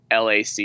LAC